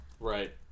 Right